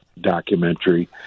documentary